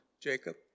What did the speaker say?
Jacob